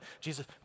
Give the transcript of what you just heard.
Jesus